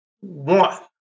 One